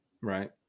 right